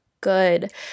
good